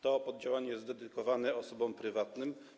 To poddziałanie jest dedykowane osobom prywatnym.